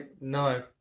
no